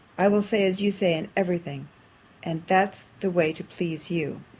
i will say as you say in every thing and that's the way to please you.